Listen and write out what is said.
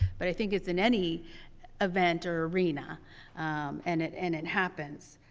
but i think it's in any event or arena and it and and happens.